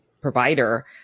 provider